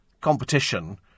competition